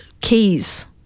keys